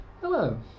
Hello